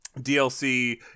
DLC